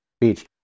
beach